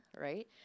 right